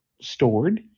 stored